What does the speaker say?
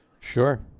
Sure